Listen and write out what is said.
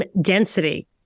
density